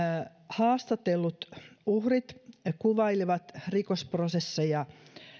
haastatellut uhrit kuvailivat rikosprosesseja